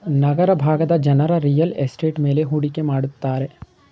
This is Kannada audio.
ನಗರ ಭಾಗದ ಜನ ರಿಯಲ್ ಎಸ್ಟೇಟ್ ಮೇಲೆ ಹೂಡಿಕೆ ಮಾಡುತ್ತಾರೆ